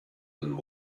and